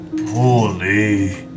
Holy